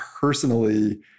personally